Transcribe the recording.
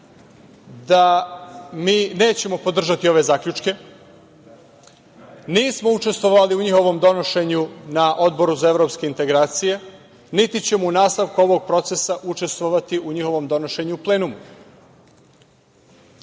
da mi nećemo podržati ove zaključke, nismo učestvovali u njihovom donošenju na Odboru za evropske integracije, niti ćemo u nastavku ovog procesa učestvovati u njihovom donošenju u plenumu. Nismo